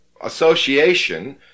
association